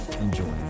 enjoy